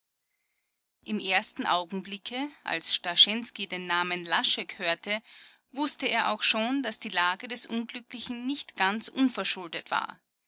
im ersten augenblicke als starschensky den namen laschek hörte wußte er auch schon daß die lage des unglücklichen nicht ganz unverschuldet war